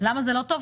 למה זה לא טוב?